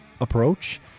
approach